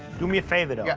do me a favor, though.